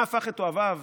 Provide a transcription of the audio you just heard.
מה הפך את אוהביו